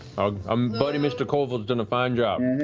ah um buddy mr. colville's done a fine job.